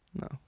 no